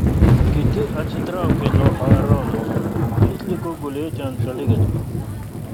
kiti atsitraukė nuo aarono šis liko gulėti ant šaligatvio